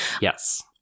Yes